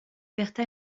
pertes